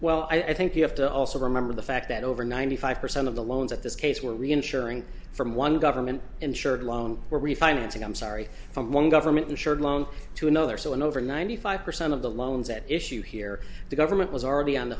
well i think you have to also remember the fact that over ninety five percent of the loans at this case were reassuring from one government insured loan or refinancing i'm sorry from one government insured loan to another so in over ninety five percent of the loans at issue here the government was already on the